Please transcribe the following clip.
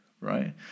right